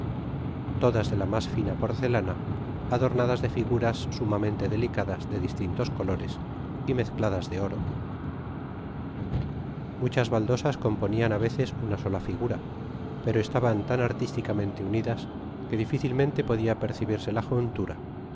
todas de la mas fina porcelana adornadas de figuras sumamen te delicadas de distintos colores y mezcladas de oro muchas baldosas componían á reces una sola figura pero estaba tan artísticamente unidas que difícilmente podia percibirse la juntura